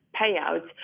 payouts